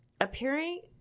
appearing